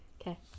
Okay